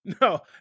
No